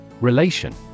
Relation